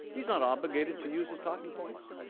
he is not obligated to use his talking points.